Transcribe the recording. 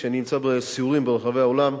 כשאני נמצא בסיורים ברחבי העולם,